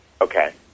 Okay